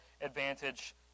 advantage